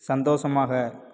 சந்தோஷமாக